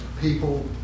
people